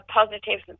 positive